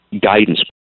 guidance